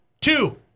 Two